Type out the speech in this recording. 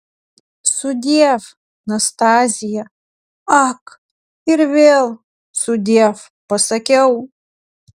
sudiev nastazija ak ir vėl sudiev pasakiau